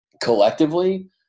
Collectively